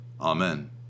Amen